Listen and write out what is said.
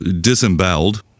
disemboweled